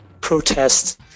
protests